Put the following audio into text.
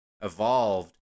evolved